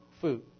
food